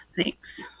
Thanks